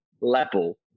level